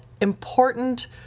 important